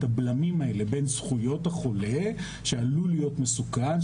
את הבלמים האלה בין זכויות החולה שעלול להיות מסוכן,